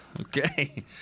okay